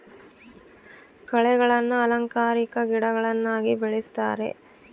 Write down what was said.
ಕಳೆಗಳನ್ನ ಅಲಂಕಾರಿಕ ಗಿಡಗಳನ್ನಾಗಿ ಬೆಳಿಸ್ತರೆ